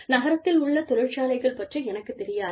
நகரத்தில் உள்ள தொழிற்சாலைகள் பற்றி எனக்குத் தெரியாது